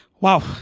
Wow